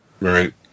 right